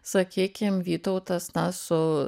sakykim vytautas na su